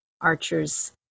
Archer's